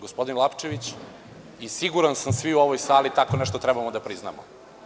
Gospodin Lapčević i siguran sam da svi u ovoj sali tako nešto treba da priznamo.